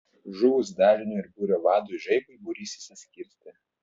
žuvus dalinio ir būrio vadui žaibui būrys išsiskirstė